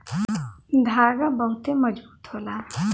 धागा बहुते मजबूत होला